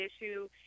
issue